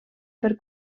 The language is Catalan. per